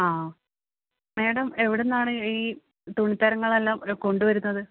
ആണോ മേഡം എവിടെ നിന്നാണ് ഈ തുണിത്തരങ്ങളെല്ലാം കൊണ്ട് വരുന്നത്